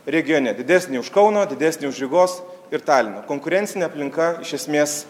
regione didesnį už kauno didesnį už rygos ir talino konkurencinė aplinka iš esmės